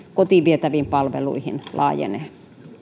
kotiin vietäviin palveluihin laajenee